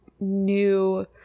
new